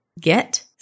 Get